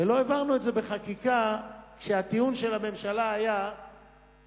ולא העברנו את זה בחקיקה כי הטיעון של הממשלה היה שהגמלאים,